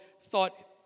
thought